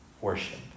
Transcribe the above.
worship